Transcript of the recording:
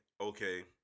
okay